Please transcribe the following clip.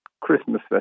Christmas